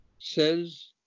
says